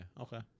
Okay